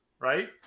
right